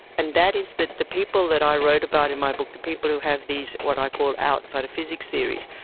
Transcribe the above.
and that is that the people that i wrote about in my book, the people who have these what i call outsider physics theories,